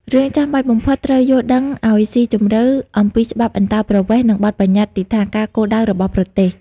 រឿងចាំបាច់បំផុត ត្រូវយល់ដឹងអោយស៊ីជម្រៅអំពីច្បាប់អន្តោប្រវេសន៍ និងបទប្បញ្ញត្តិទិដ្ឋាការគោលដៅរបស់ប្រទេស។